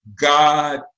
God